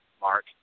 Mark